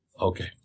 okay